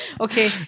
okay